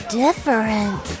different